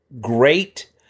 great